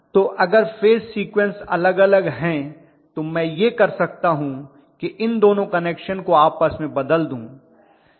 तो अगर phase sequence अलग अलग हैं तो मैं यह कर सकता हूँ कि इन दोनों कनेक्शन को आपस में बदल दूं